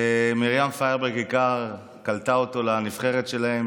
ומרים פיירברג קלטה אותה לנבחרת שלהם,